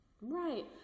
Right